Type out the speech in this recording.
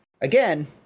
again